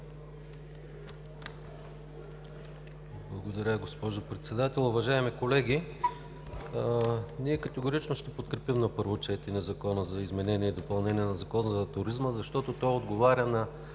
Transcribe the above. Благодаря, госпожо Председател.